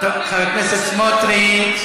חבר הכנסת סמוטריץ,